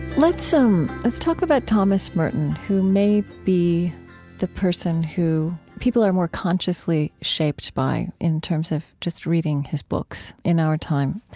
let's um let's talk about thomas merton, who may be the person who people are more consciously shaped by in terms of just reading his books in our time.